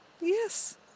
Yes